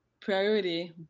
priority